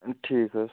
ٹھیٖک حظ